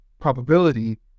probability